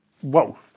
Whoa